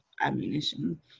ammunition